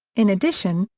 in addition,